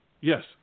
Yes